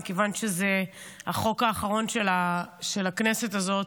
מכיוון שזה החוק האחרון של הכנסת הזאת.